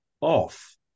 off